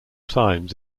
times